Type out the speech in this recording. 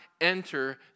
enter